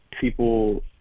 people